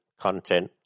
content